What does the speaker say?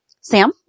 Sam